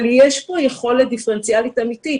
אבל, יש פה יכולת דיפרנציאלית אמיתית.